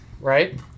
right